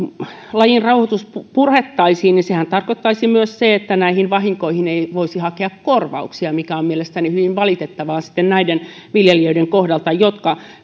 lajin rauhoitus purettaisiin niin sehän tarkoittaisi myös sitä että näihin vahinkoihin ei voisi hakea korvauksia mikä on mielestäni hyvin valitettavaa näiden viljelijöiden kohdalla